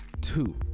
two